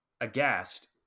aghast